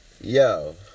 Yo